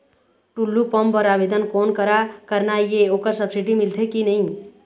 Tullu pump बर आवेदन कोन करा करना ये ओकर सब्सिडी मिलथे की नई?